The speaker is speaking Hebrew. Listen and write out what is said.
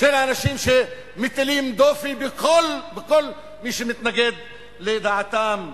של האנשים שמטילים דופי בכל מי שמתנגד לדעתם.